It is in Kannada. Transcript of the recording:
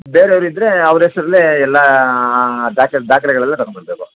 ಬೇರೆವ್ರು ಇದ್ರೆ ಅವ್ರ ಹೆಸರಲ್ಲೇ ಎಲ್ಲ ದಾಕ ದಾಖಲೆಗಳೆಲ್ಲ ತೊಗೊಂಡು ಬರಬೇಕು